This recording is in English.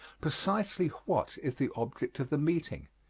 precisely what is the object of the meeting?